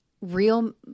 real